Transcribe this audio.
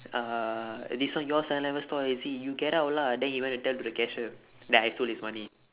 uh this one your seven eleven store is it you get out lah then he went to tell to the cashier that I stole his money